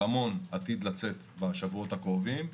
רמון עתיד לצאת בשבועות הקרובים.